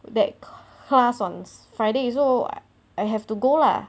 that class on friday also what I have to go lah